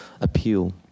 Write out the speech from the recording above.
appeal